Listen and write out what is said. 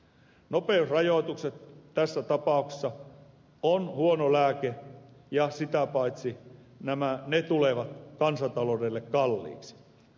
nopeusrajoitukset tässä tapauksessa ovat huono lääke ja sitä paitsi ne tulevat kansantaloudelle kalliiksi